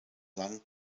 lang